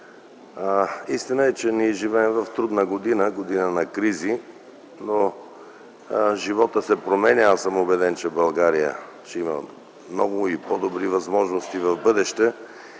Истина е, че ние живеем в трудна година, година на кризи, но животът се променя. Аз съм убеден, че България ще има много и по-добри възможности в бъдеще.